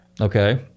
Okay